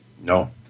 No